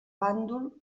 bàndol